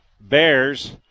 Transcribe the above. Bears